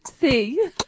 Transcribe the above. See